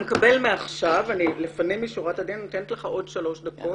מקבל מעכשיו לפנים משורת הדין עוד שלוש דקות.